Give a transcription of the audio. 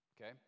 Okay